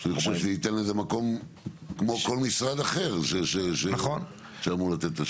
אני חושב שזה ייתן לזה מקום כמו כל משרד אחר שאמור לתת את השירות.